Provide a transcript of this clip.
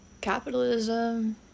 Capitalism